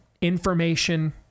information